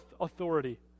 authority